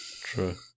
True